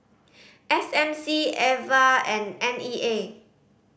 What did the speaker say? S M C Ava and N E A